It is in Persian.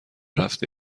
رفته